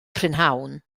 prynhawn